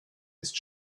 ist